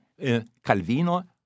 Calvino